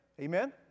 Amen